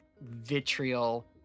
vitriol